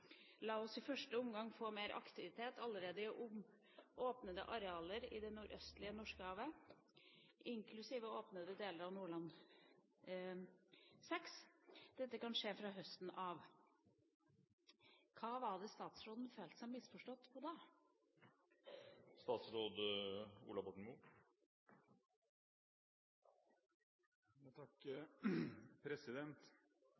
oss i første omgang få mer aktivitet i allerede åpnet areal i det nordøstlige Norskehavet, inklusive åpnet del av Nordland VI. Dette kan skje fra høsten av.» Hva er det statsråden føler seg misforstått på?»